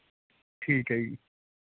ਠੀਕ ਹੈ ਜੀ